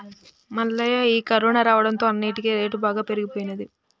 మల్లయ్య ఈ కరోనా రావడంతో అన్నిటికీ రేటు బాగా పెరిగిపోయినది